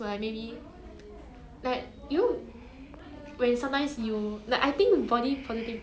mm